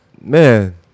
Man